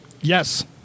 Yes